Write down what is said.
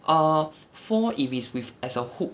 err four if it is with as a hook